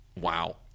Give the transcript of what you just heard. wow